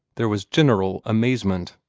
there was general amazement.